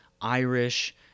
Irish